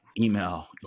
email